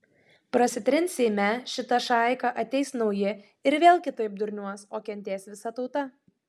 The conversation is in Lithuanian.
prasitrins seime šita šaika ateis nauji ir vėl kitaip durniuos o kentės visa tauta